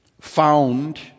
found